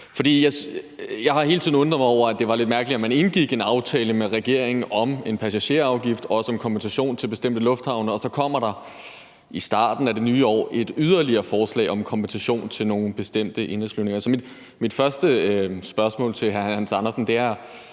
Jeg har hele tiden undret mig over og syntes, det var lidt mærkeligt, at man indgik en aftale med regeringen om en passagerafgift og kompensation til bestemte lufthavne, og så kommer der i starten af det nye år yderligere et forslag om kompensation til nogle bestemte indenrigsflyvninger. Mit første spørgsmål til hr. Hans Andersen er: